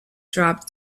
dropped